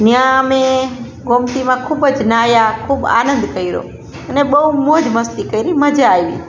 ત્યાં અમે ગોમતીમાં ખૂબ જ નાહ્યાં ખૂબ આનંદ કર્યો અને બહુ મોજ મસ્તી કરી મજા આવી